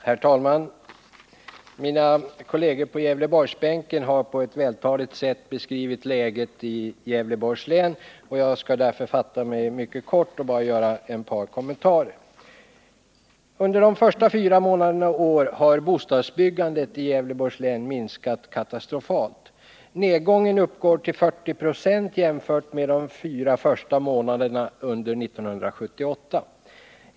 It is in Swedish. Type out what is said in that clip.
Herr talman! Mina kolleger på Gävleborgsbänken har på ett vältaligt sätt beskrivit läget i Gävleborgs län, och jag skall därför fatta mig mycket kort och bara göra ett par kommentarer. Under de första fyra månaderna i år har bostadsbyggandet i Gävleborgs län minskat katastrofalt. Nedgången uppgår till 40 ?6 jämfört med de fyra första månaderna under 1978.